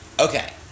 Okay